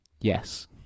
Yes